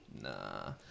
nah